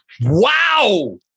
Wow